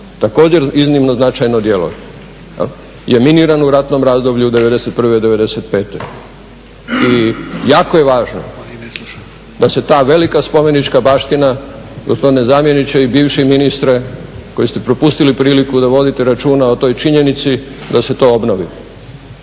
također iznimno značajno djelo je miniran u ratnom razdoblju '91.-'95. i jako je važno da se ta velika spomenička baština gospodine zamjeniče i bivši ministre koji ste propustili priliku da vodite računa o toj činjenici da se to obnovi.